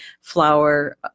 flower